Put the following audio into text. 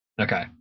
Okay